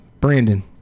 Brandon